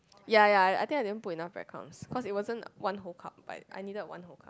ya ya I think I didn't put enough bread crumps cause it wasn't one whole cup like I need a whole cup